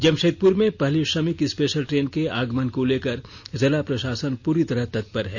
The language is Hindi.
जमशेदपुर में पहली श्रमिक स्पेशल ट्रेन के आगमन को लेकर जिला प्रशासन पूरी तरह तत्पर है